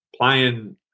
playing –